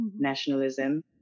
nationalism